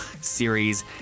series